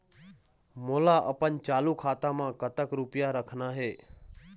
मोला अपन चालू खाता म कतक रूपया रखना हे?